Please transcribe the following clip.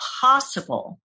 possible